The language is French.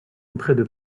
entraient